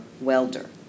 welder